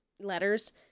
letters